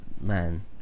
Man